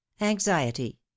Anxiety